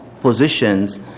positions